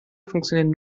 funktionieren